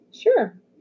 Sure